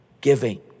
giving